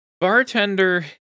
Bartender